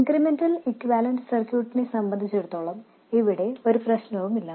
incremental equivalent സർക്യൂട്ടിനെ സംബന്ധിച്ചിടത്തോളം ഇവിടെ ഒരു പ്രശ്നവുമില്ല